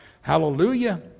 Hallelujah